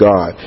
God